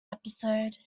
episode